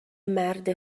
مرد